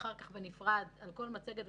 אף בן אדם, דרך אגב גם באירוע